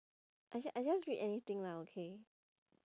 I ju~ I just read anything lah okay